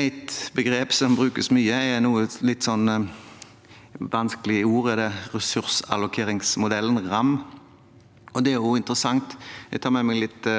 et litt vanskelig ord: ressursallokeringsmodellen, RAM. Det er interessant. Jeg tar med meg litt